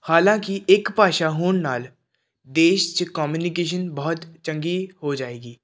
ਹਾਲਾਂਕਿ ਇੱਕ ਭਾਸ਼ਾ ਹੋਣ ਨਾਲ ਦੇਸ਼ 'ਚ ਕੋਮਿਊਨੀਕੇਸ਼ਨ ਬਹੁਤ ਚੰਗੀ ਹੋ ਜਾਵੇਗੀ